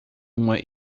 uma